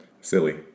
Silly